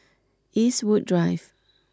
Eastwood Drive